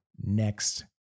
next